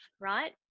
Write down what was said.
right